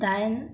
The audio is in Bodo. दाइन